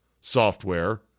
software